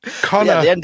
Connor